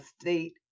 state